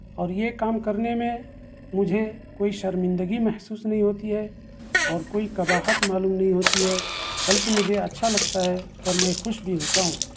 اور یہ کام کرنے میں مجھے کوئی شرمندگی محسوس نہیں ہوتی ہے اور کوئی قباحت معلوم نہیں ہوتی ہے بلکہ مجھے اچھا لگتا ہے اور میں خوش بھی ہوتا ہوں